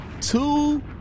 two